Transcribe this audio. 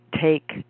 take